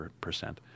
percent